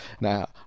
Now